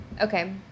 okay